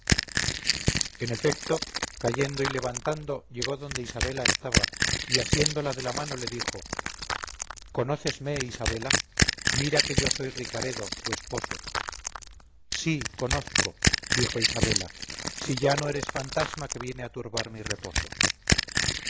en efecto cayendo y levantando llegó donde isabela estaba y asiéndola de la mano le dijo conócesme isabela mira que yo soy ricaredo tu esposo sí conozco dijo isabela si ya no eres fantasma que viene a turbar mi reposo